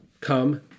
come